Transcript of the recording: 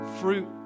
fruit